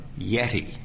Yeti